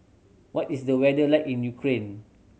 what is the weather like in Ukraine